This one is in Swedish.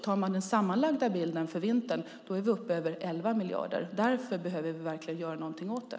Tar man den sammanlagda bilden för vintern är vi uppe i över 11 miljarder. Därför behöver vi verkligen göra någonting åt det.